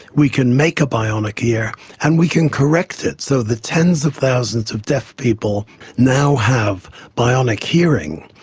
we can make a bionic ear and we can correct it so that tens of thousands of deaf people now have bionic hearing.